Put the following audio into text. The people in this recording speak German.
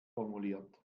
formuliert